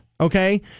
Okay